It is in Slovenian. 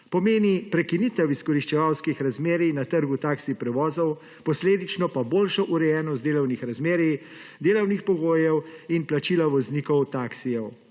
Pomeni prekinitev izkoriščevalskih razmerij na trgu taksi prevozov, posledično pa boljšo urejenost delovnih razmerij, delovnih pogojev in plačila voznikov taksijev.